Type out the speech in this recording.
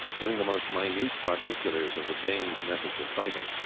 giving the most minute particulars of the danes' method of fighting.